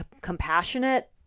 compassionate